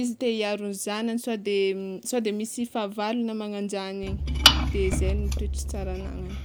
izy te hiaro ny zagnany sode sode misy fahavalo na magnanjagny igny de zay ny toetry tsara agnagnany.